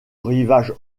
rivage